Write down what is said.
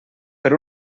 per